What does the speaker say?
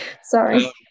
Sorry